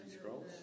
scrolls